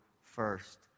first